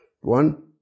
One